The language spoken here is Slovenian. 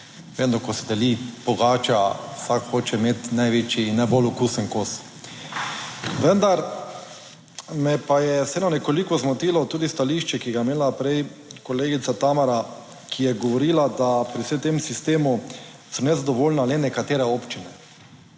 Vedno, ko se deli pogača vsak hoče imeti največji in najbolj okusen kos. Vendar me pa je vseeno nekoliko zmotilo tudi stališče, ki ga je imela prej kolegica Tamara, ki je govorila, da pri vsem tem sistemu sem nezadovoljna le nekatere občine.